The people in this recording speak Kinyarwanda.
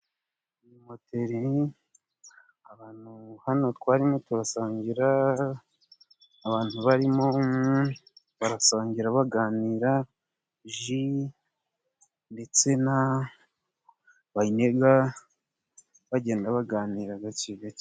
Iyi moteri abantu hano twarimo turasangira, abantu barimo barasangira baganira, ji ndetse na banyega bagenda baganira gake gake.